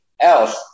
else